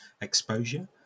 exposure